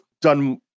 done